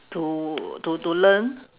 to to to learn